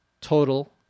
total